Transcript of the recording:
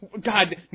God